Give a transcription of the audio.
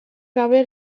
gabe